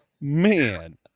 Man